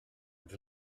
with